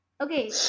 okay